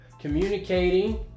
communicating